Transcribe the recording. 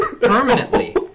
Permanently